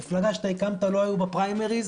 במפלגה שהקמת לא היו פריימריז.